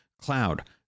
Cloud